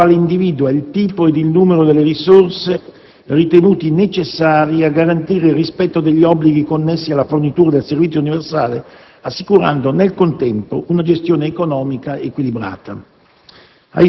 la quale individua il tipo ed il numero delle risorse ritenuti necessari a garantire il rispetto degli obblighi connessi alla fornitura del servizio universale assicurando, nel contempo, una gestione economica equilibrata.